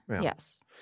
Yes